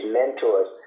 mentors